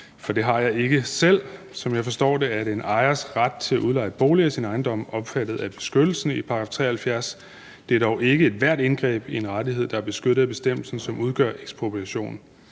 for det har jeg ikke selv. Som jeg forstår det, er en ejers ret til at udleje boliger i sin ejendom omfattet af beskyttelsen i § 73. Det er dog ikke ethvert indgreb i en rettighed, der er beskyttet af bestemmelsen, som udgør ekspropriation.